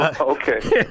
okay